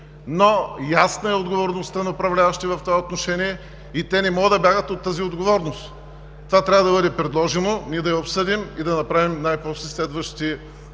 но ясна е отговорността на управляващите в това отношение и те не могат да бягат от нея. Това трябва да бъде предложено, ние да обсъдим и да направим най-после следващи